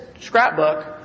scrapbook